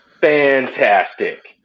Fantastic